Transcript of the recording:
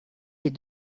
les